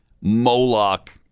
Moloch